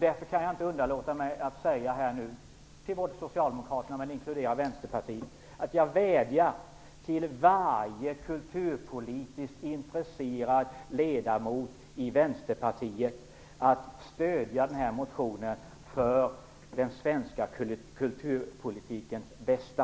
Därför kan jag inte underlåta att säga både till Socialdemokraterna och Vänsterpartiet att jag vädjar till varje kulturpolitiskt intresserad ledamot i Vänsterpartiet att stödja den här motionen för den svenska kulturpolitikens bästa.